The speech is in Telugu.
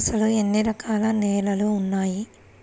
అసలు ఎన్ని రకాల నేలలు వున్నాయి?